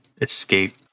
escape